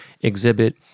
exhibit